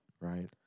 Right